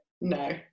no